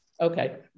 Okay